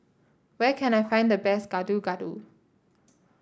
where can I find the best Gado Gado